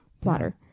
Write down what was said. plotter